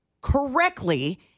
correctly